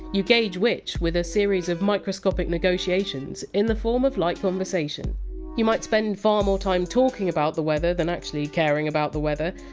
you gauge which with a series of microscopic negotiations in the form of light conversation you might spend far more time talking about the weather than actually caring about the weather,